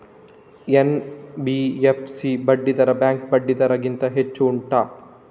NBFC ಬಡ್ಡಿ ದರ bank ಬಡ್ಡಿ ದರ ಗಿಂತ ಹೆಚ್ಚು ಉಂಟಾ